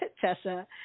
Tessa